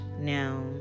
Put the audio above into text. Now